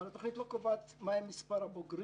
אבל התוכנית לא קובעת מה מספר הבוגרים